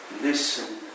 Listen